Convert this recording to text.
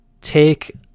take